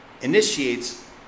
initiates